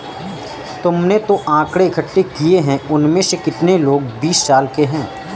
तुमने जो आकड़ें इकट्ठे किए हैं, उनमें से कितने लोग बीस साल के हैं?